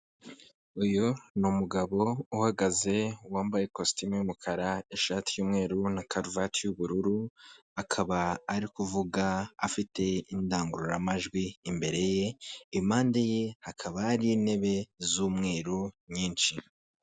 Uyu ni umugabo uhagaze wambaye ikositimu y'umukara, ishati y'umweru na karuvati y'ubururu, akaba ari kuvuga afite indangururamajwi imbere ye, impande ye hakaba hari intebe z'umweru nyinshi.